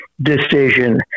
decision